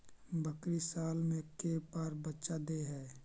बकरी साल मे के बार बच्चा दे है?